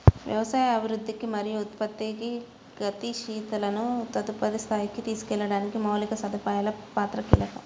వ్యవసాయ అభివృద్ధికి మరియు ఉత్పత్తి గతిశీలతను తదుపరి స్థాయికి తీసుకెళ్లడానికి మౌలిక సదుపాయాల పాత్ర కీలకం